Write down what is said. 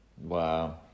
Wow